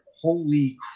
holy